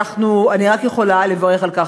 ואני יכולה רק לברך על כך.